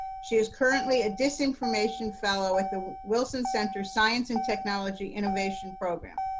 she is currently a disinformation fellow at the wilson center science and technology innovation program.